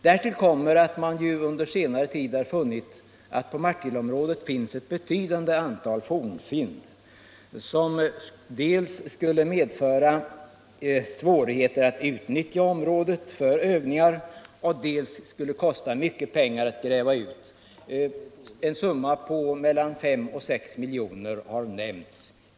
Därtill kommer att man under senare tid har funnit att det i Martilleområdet finns ett betydande antal fornfynd, vilka medför svårigheter att utnyttja området för övningar och även stora kostnader för utgrävning —- en summa på mellan 5 och 6 milj.kr. har nämnts.